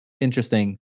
interesting